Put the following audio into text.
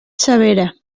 severa